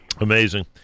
Amazing